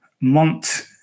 Mont